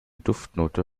duftnote